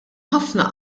ħafna